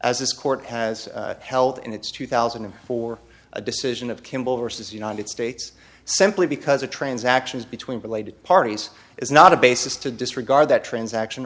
this court has held in its two thousand and four a decision of kimball versus united states simply because of transactions between related parties is not a basis to disregard that transaction